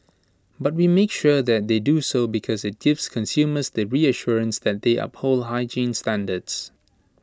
but we make sure that they do so because IT gives consumers the reassurance that they uphold hygiene standards